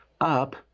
up